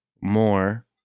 more